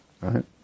right